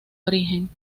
origen